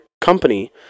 company